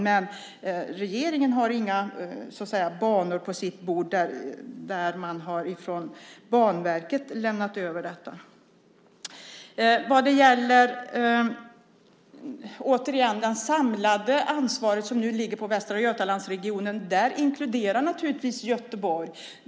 Men regeringen har inga förslag till planer för nedläggning på sitt bord överlämnade från Banverket. Sedan var det frågan om det samlade ansvaret som nu ligger på Västra Götalandsregionen. Där inkluderas naturligtvis Göteborg.